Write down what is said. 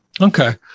Okay